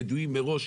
ידועים מראש,